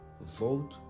Vote